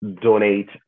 donate